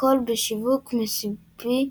הכול בשיווק מסיבי,